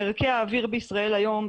ערכי האוויר בישראל היום,